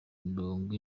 mirongo